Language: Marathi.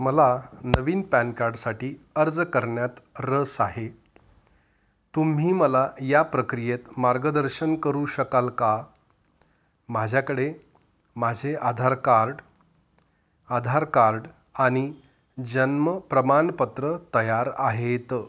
मला नवीन पॅन कार्डसाठी अर्ज करण्यात रस आहे तुम्ही मला या प्रक्रियेत मार्गदर्शन करू शकाल का माझ्याकडे माझे आधार कार्ड आधार कार्ड आणि जन्म प्रमाणपत्र तयार आहेत